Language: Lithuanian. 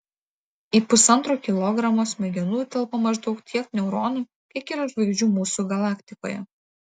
į pusantro kilogramo smegenų telpa maždaug tiek neuronų kiek yra žvaigždžių mūsų galaktikoje